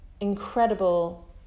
incredible